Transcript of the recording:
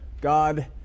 god